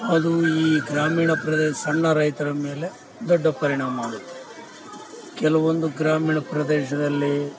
ಅದು ಈ ಗ್ರಾಮೀಣ ಪ್ರದೇಶ ಸಣ್ಣ ರೈತರ ಮೇಲೆ ದೊಡ್ಡ ಪರಿಣಾಮ ಆಗುತ್ತೆ ಕೆಲವೊಂದು ಗ್ರಾಮೀಣ ಪ್ರದೇಶದಲ್ಲಿ